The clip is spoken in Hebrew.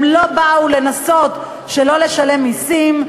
הם לא באו לנסות שלא לשלם מסים,